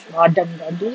radam gaduh